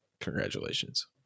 Congratulations